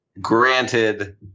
Granted